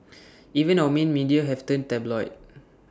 even our main media have turned tabloid